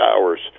hours